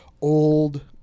old